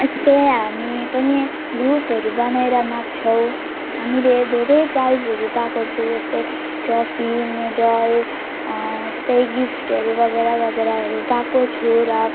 यस्तै हामी पनि ग्रुपहरू बनाएर नाच्छौँ हामीले धेरै प्राइजहरू पाएको छु यस्तै ट्रफी मेडल यस्तै गिफ्टहरू वगेरा वगेराहरू पाएको छु र